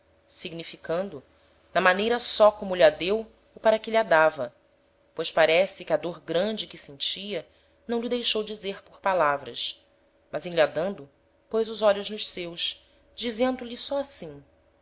significando na maneira só como lh'a deu o para que lh'a dava pois parece que a dôr grande que sentia não lh'o deixou dizer por palavras mas em lh'a dando pôs os olhos nos seus dizendo-lhe só assim